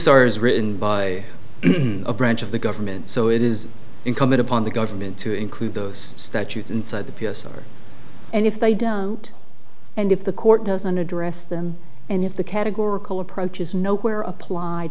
is written by a branch of the government so it is incumbent upon the government to include those statutes inside the p s r and if they don't and if the court doesn't address them and if the categorical approach is nowhere applied